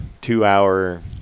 two-hour